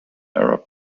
arab